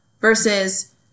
versus